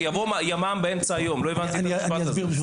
יבוא ימ"מ באמצע היום לא הבנתי את המשפט הזה.